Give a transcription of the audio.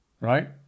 right